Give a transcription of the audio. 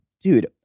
dude